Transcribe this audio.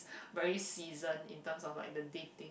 very season in terms of like the dating